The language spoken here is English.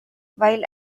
while